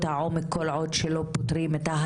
כל עוד שלא פותרים את בעיות העומק,